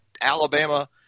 Alabama